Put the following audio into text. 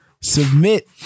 submit